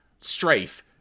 Strafe